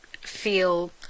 feel